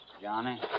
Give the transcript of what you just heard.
Johnny